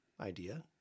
idea